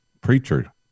preacher